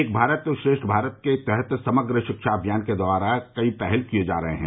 एक भारत श्रेष्ठ भारत के तहत समग्र शिक्षा अभियान के द्वारा कई पहल किए जा रहे हैं